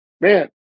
Man